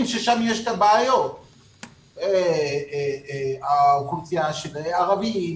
ששם יש את הבעיות כמו האוכלוסייה הערבית,